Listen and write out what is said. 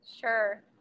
sure